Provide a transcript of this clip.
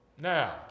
now